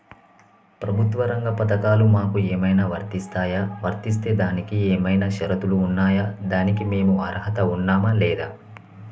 ప్రభుత్వ రంగ పథకాలు మాకు ఏమైనా వర్తిస్తాయా? వర్తిస్తే దానికి ఏమైనా షరతులు ఉన్నాయా? దానికి మేము అర్హత ఉన్నామా లేదా?